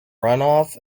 runoff